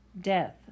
Death